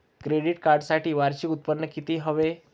Credit कार्डसाठी वार्षिक उत्त्पन्न किती हवे?